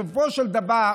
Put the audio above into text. בסופו של דבר,